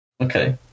Okay